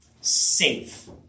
Safe